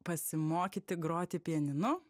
pasimokyti groti pianinu